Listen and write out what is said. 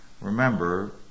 Remember